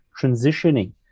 transitioning